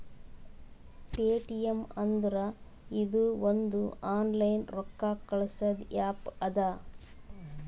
Paytm ಅಂದುರ್ ಇದು ಒಂದು ಆನ್ಲೈನ್ ರೊಕ್ಕಾ ಕಳ್ಸದು ಆ್ಯಪ್ ಅದಾ